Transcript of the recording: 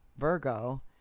Virgo